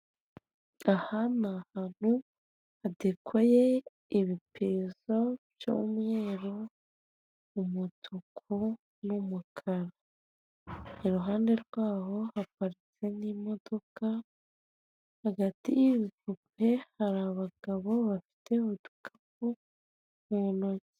Aha ni hantu hadekoye ibipizo by'umweru umutuku n'umukara, iruhande rw'aho haparitse n'imodoka hagati y'ibipupe kure hari abagabo bafite udukapu mu ntoki.